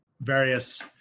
various